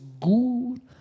good